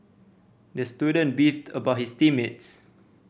the student beefed about his team mates